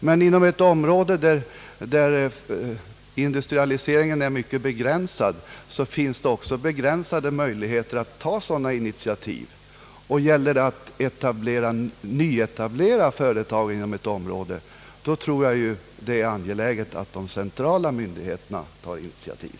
Men inom ett område där industrialiseringen är mycket begränsad finns det också begränsade möjligheter att ta sådana initiativ, och gäller det att nyetablera företag inom ett område tror jag att det är angeläget att de centrala myndigheterna tar ett initiativ.